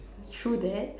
true that